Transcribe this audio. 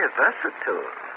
versatile